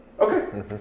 Okay